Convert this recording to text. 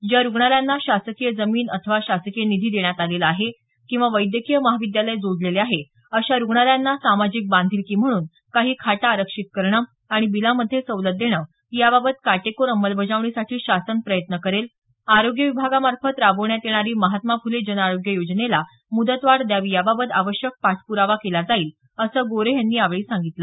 ज्या रुग्णालयांना शासकीय जमीन अथवा शासकीय निधी देण्यात आलेला आहे किंवा वैद्यकीय महाविद्यालय जोडलेले आहे अशा रुग्णालयांना सामाजिक बांधिलकी म्हणून काही खाटा आरक्षित करणं आणि बिलामध्ये सवलत देणं याबाबत काटेकोर अंमलबजावणीसाठी शासन प्रयत्न करेल आरोग्य विभागामार्फत राबवण्यात येणारी महात्मा फुले जनआरोग्य योजनेला मुदत वाढ द्यावी याबाबत आवश्यक पाठप्रावा केला जाईल असं गो हे यांनी यावेळी सांगितलं